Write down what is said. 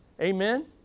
amen